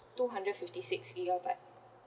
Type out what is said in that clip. two hundred fifty six gigabyte